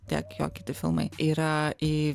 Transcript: tiek jo kiti filmai yra į